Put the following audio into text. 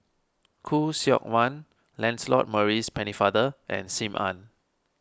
Khoo Seok Wan Lancelot Maurice Pennefather and Sim Ann